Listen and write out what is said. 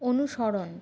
অনুসরণ